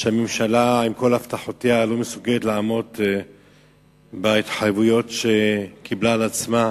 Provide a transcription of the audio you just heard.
שהממשלה על כל הבטחותיה לא מסוגלת לעמוד בהתחייבויות שקיבלה על עצמה.